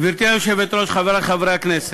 גברתי היושבת-ראש, חברי חברי הכנסת,